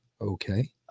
Okay